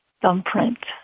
thumbprint